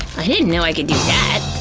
i didn't know i could do that!